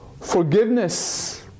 forgiveness